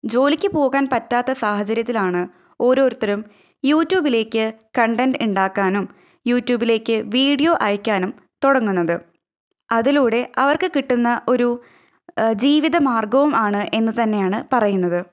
ജോലിക്ക് പോകാന് പറ്റാത്ത സാഹചര്യത്തിലാണ് ഓരോരുരും യൂറ്റൂബിലേക്ക് കണ്ടെന്റ് ഉണ്ടാക്കാനും യൂറ്റൂബിലേക്ക് വീഡ്യോ അയക്കാനും തുടങ്ങുന്നത് അതിലൂടെ അവര്ക്ക് കിട്ടുന്ന ഒരു ജീവിത മാര്ഗവും ആണ് എന്ന് തന്നെയാണ് പറയുന്നത്